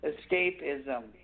Escapism